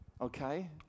Okay